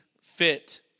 fit